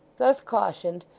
thus cautioned,